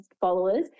followers